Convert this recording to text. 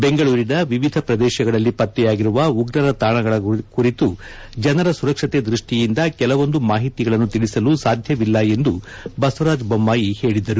ಬೆಂಗಳೂರಿನ ವಿವಿಧ ಪ್ರದೇಶಗಳಲ್ಲಿ ಉಗ್ರರ ತಾಣಗಳ ಕುರಿತು ಜನರ ಸುರಕ್ಷತೆ ದೃಷ್ಟಿಯಿಂದ ಕೆಲವೊಂದು ಮಾಹಿತಿಗಳನ್ನು ತಿಳಿಸಲು ಸಾಧ್ಯವಿಲ್ಲ ಎಂದು ಬಸವರಾಜ ಬೊಮ್ಮಾಯಿ ಹೇಳಿದರು